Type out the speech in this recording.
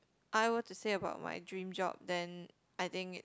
I were to say about my dream job then I think